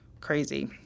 crazy